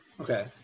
Okay